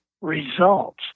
results